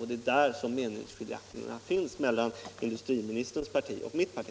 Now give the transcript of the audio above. och det är där meningsskiljaktigheterna finns mellan industriministerns parti och mitt parti.